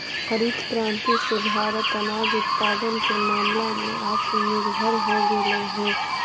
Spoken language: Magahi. हरित क्रांति से भारत अनाज उत्पादन के मामला में आत्मनिर्भर हो गेलइ हे